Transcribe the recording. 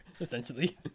essentially